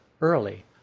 early